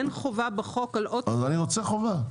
אין חובה בחוק על אוטובוס -- אז אני רוצה חובה.